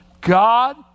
God